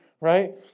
right